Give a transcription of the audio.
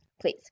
please